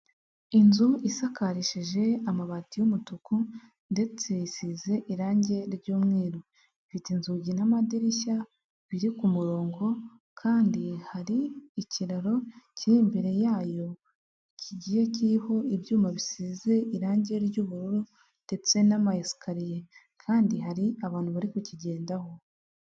Inzu isakarishije amabati y'umutuku ndetse isize irange ry'umweru. Ifite inzugi n'amadirishya biri ku murongo kandi hari ikiraro kiri imbere yayo kigiye kiriho ibyuma bisize irange ry'ubururu ndetse n'amayesikariye kandi hari abantu bari kukigendaho.